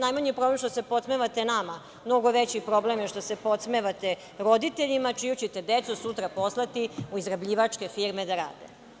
Najmanji problem je što se podsmevate nama, mnogo je veći problem što se podsmevate roditeljima čiju će te decu sutra poslati u izrabljivačke firme da rade.